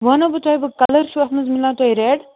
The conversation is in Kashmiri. وَنو بہٕ تۄہہِ بہٕ کَلَر چھُ اَتھ منٛز مِلان تۄہہِ رٮ۪ڈ